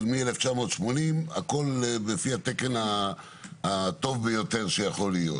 מ-1980 הכול לפי התקן הטוב ביותר שיכול להיות,